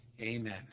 Amen